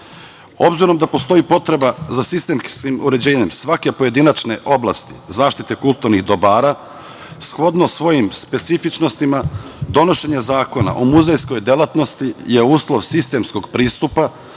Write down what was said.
Obzirom da postoji potreba za sistemskim uređenjem svake pojedine oblasti zaštite kulturnih dobara, shodno svojim specifičnostima, donošenje Zakona o muzejskoj delatnosti je uslov sistemskog pristupa